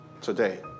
today